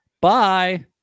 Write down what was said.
Bye